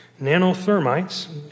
nanothermites